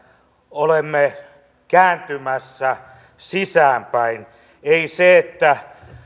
olemme kääntymässä sisäänpäin ei se että